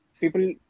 people